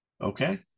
Okay